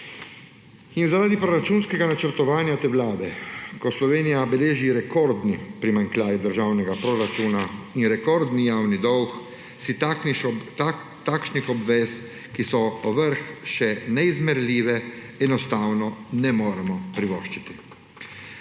In zaradi proračunskega načrtovanja te vlade, ko Slovenija beleži rekordni primanjkljaj državnega proračuna in rekordni javni dolg, si takšnih obvez, ki so povrh še neizmerljive, enostavno ne moremo privoščiti.